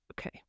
Okay